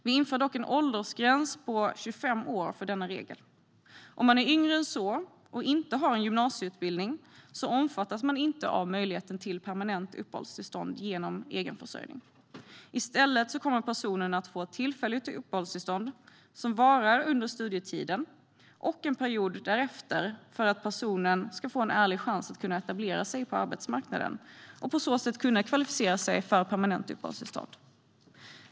Vi inför dock en åldersgräns på 25 år för denna regel. Om man är yngre än så och inte har en gymnasieutbildning omfattas man inte av möjligheten till permanent uppehållstillstånd genom egenförsörjning. I stället kommer personen att få tillfälligt uppehållstillstånd som varar under studietiden och en period därefter för att personen ska få en ärlig chans att kunna etablera sig på arbetsmarknaden och på så sätt kunna kvalificera sig för permanent uppehållstillstånd.